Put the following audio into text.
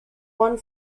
won